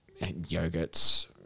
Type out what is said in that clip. yogurts